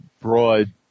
broad